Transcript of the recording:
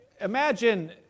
Imagine